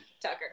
tucker